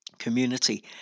community